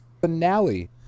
finale